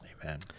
Amen